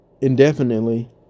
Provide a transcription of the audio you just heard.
Indefinitely